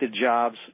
jobs